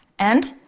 and,